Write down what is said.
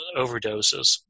overdoses